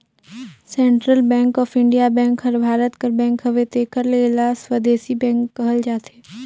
central bank of India bank हर भारत कर bank हवे तेकर ले एला स्वदेसी बेंक कहल जाथे